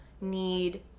need